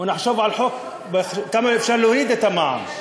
ונחשוב על חוק כמה אפשר להוריד את המע"מ,